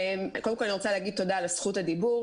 תודה על זכות הדיבור.